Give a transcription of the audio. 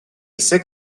ise